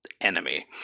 enemy